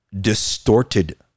distorted